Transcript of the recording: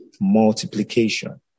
multiplication